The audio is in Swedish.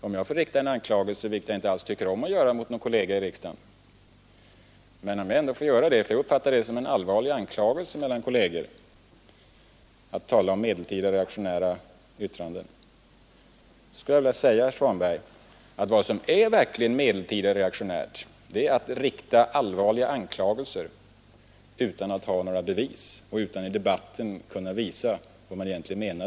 Låt mig få rikta en anklagelse, vilket jag inte alls tycker om att göra, mot en kollega i riksdagen, därför att jag uppfattade det som en allvarlig anklagelse från hans sida när han här talade om medeltida reaktionära yttranden. Vad som verkligen är medeltida reaktionärt, herr Svanberg, är att rikta allvarliga anklagelser utan att ha några bevis och utan att under debatten kunna visa vad man egentligen menar.